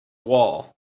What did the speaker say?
wall